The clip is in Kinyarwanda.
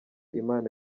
impano